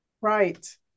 right